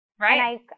Right